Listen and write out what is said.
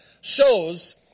shows